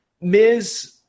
Ms